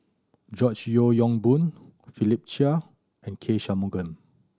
George Yeo Yong Boon Philip Chia and K Shanmugam